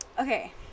okay